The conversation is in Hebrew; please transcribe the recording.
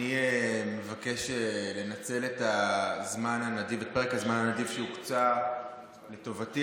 אני מבקש לנצל את פרק הזמן הנדיב שהוקצה לטובתי